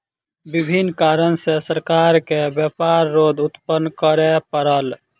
विभिन्न कारण सॅ सरकार के व्यापार रोध उत्पन्न करअ पड़ल